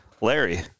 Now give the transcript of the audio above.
Larry